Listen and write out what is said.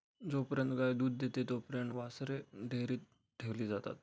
जोपर्यंत गाय दूध देते तोपर्यंत वासरे डेअरीत ठेवली जातात